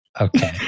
okay